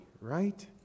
right